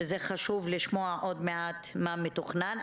וחשוב לשמוע עוד מעט מה מתוכנן.